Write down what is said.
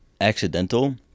accidental